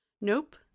Nope